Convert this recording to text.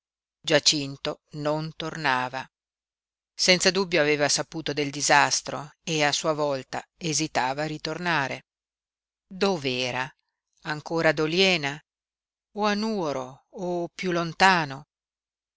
giacinto non tornava senza dubbio aveva saputo del disastro e a sua volta esitava a ritornare dov'era ancora ad oliena o a nuoro o piú lontano